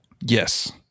Yes